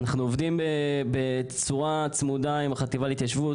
אנחנו עובדים בצורה צמודה עם החטיבה להתיישבות,